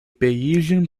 bayesian